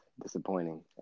disappointing